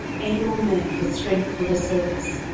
able men for strength for the service,